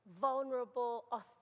vulnerable